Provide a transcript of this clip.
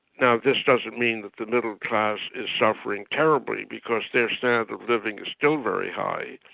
now this doesn't mean that the middle class is suffering terribly, because their standard of living is still very high,